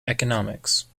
economics